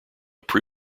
pre